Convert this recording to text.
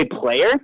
Player